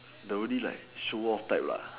the only like show off type lah